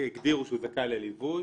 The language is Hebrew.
הגדיר שהוא זכאי לליווי,